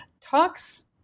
talks